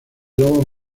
lobos